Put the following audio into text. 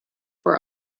for